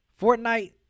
Fortnite